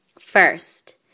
First